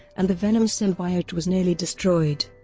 and the venom symbiote was nearly destroyed.